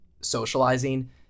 socializing